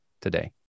today